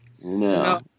no